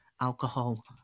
alcohol